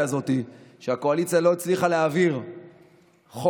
הזאת שהקואליציה לא הצליחה להעביר חוק